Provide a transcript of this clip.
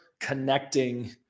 connecting